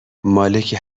مالک